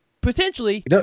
potentially